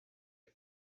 and